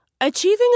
Achieving